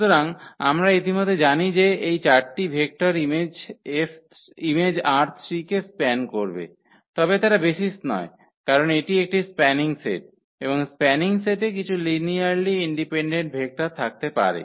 সুতরাং আমরা ইতিমধ্যে জানি যে এই 4 টি ভেক্টর ইমেজ ℝ3 কে স্প্যান করবে তবে তারা বেসিস নয় কারণ এটি একটি স্প্যানিং সেট এবং স্প্যানিং সেটে কিছু লিনিয়ারলি ইন্ডিপেন্ডেন্ট ভেক্টর থাকতে পারে